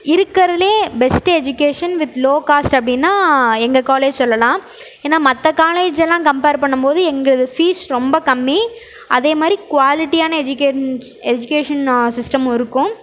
இருக்கிறதுலே best education with low cost அப்படினா எங்கள் காலேஜ் சொல்லலாம் ஏன்னால் மற்ற காலேஜெலாம் கம்ப்பேர் பண்ணும்போது எங்கள் ஃபீஸ் ரொம்ப கம்மி அதே மாதிரி குவாலிட்டியான எஜிகே எஜிகேஷன் சிஸ்ட்டமும் இருக்கும்